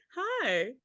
Hi